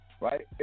right